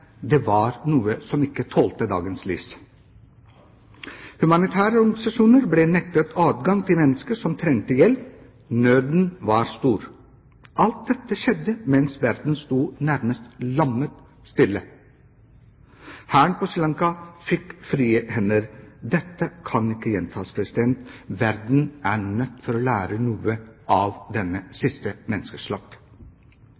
Det var noe som ikke tålte dagens lys. Humanitære organisasjoner ble nektet adgang til mennesker som trengte hjelp. Nøden var stor. Alt dette skjedde mens verden var nærmest lammet. Hæren på Sri Lanka fikk frie hender. Dette kan ikke gjentas. Verden er nødt til å lære noe av denne